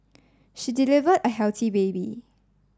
she delivered a healthy baby